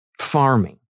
farming